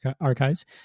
archives